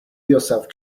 yourself